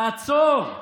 תעצור.